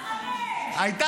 על מלא.